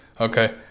Okay